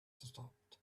stopped